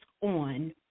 on